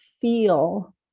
feel